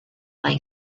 lay